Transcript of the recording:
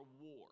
war